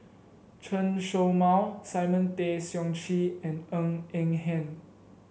Chen Show Mao Simon Tay Seong Chee and Ng Eng Hen